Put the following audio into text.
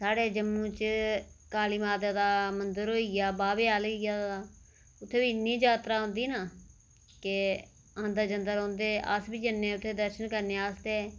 साढ़े जम्मू च दकाली माता दा मंदर होइया बाह्वे आह्ली दा ओह् उत्थै इन्नी जात्तरा होंदी ना के आंदे जंदे रौह्ने ते अस बी जंदे रौह्ने